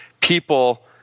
people